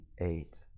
eight